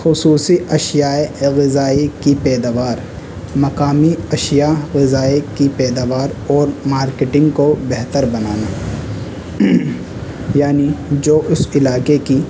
خصوصی اشیائے اے غذائی کی پیداوار مقامی اشیاء غذائی کی پیداوار اور مارکیٹنگ کو بہتر بنانا یعنی جو اس علاقے کی